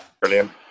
Brilliant